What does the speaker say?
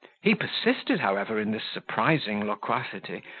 he persisted, however, in this surprising loquacity,